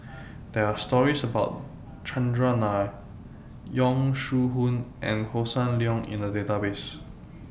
There Are stories about Chandran Nair Yong Shu Hoong and Hossan Leong in The Database